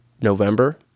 November